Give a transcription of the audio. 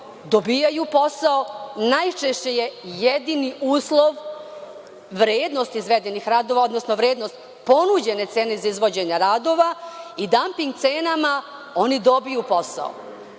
dobijaju posao, najčešće je jedini uslov vrednost izvedenih radova, odnosno vrednost ponuđene cene za izvođenje radova i damping cenama oni dobijaju posao.